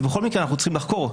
בכל מקרה אנחנו צריכים לחקור.